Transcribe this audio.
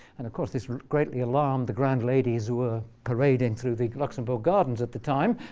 and of course this greatly alarmed the grand ladies who were parading through the luxembourg gardens at the time.